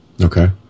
Okay